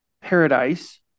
paradise